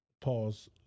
Pause